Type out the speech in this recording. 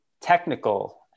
technical